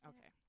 Okay